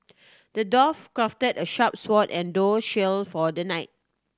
the dwarf crafted a sharp sword and tough shield for the knight